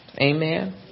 Amen